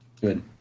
Good